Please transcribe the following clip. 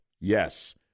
Yes